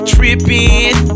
Tripping